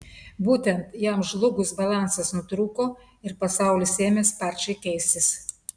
būtent jam žlugus balansas nutrūko ir pasaulis ėmė sparčiai keistis